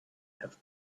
have